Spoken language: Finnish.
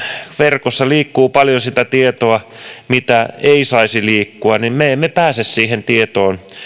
verkossa liikkuu paljon sitä tietoa mitä ei saisi liikkua ja me emme pääse siihen tietoon